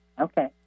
Okay